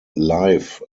live